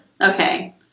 Okay